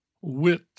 Wit